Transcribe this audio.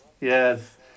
Yes